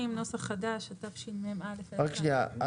אתה